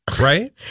right